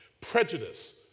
Prejudice